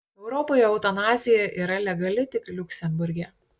europoje eutanazija yra legali tik liuksemburge